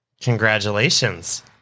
Congratulations